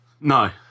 No